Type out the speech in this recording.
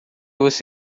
você